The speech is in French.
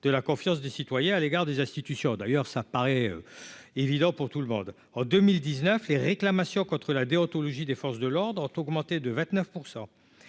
de la confiance des citoyens à l'égard des institutions, d'ailleurs, ça paraît évident pour tout le monde en 2019 les réclamations contre la déontologie des forces de l'ordre ont augmenté de 29